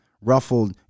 ruffled